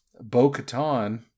Bo-Katan